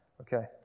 Okay